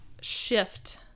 Shift